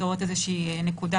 התשובה הזאת לא מקובלת.